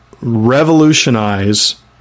revolutionize